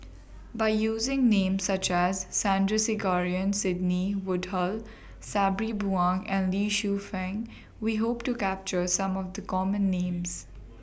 By using Names such as Sandrasegaran Sidney Woodhull Sabri Buang and Lee Shu Fen We Hope to capture Some of The Common Names